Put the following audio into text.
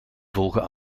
volgen